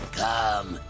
come